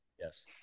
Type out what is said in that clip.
Yes